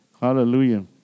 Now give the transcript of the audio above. hallelujah